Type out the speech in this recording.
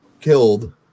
killed